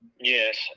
Yes